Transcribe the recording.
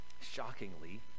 Shockingly